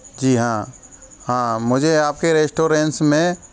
जी हाँ हाँ मुझे आपके रेस्टोरेंस में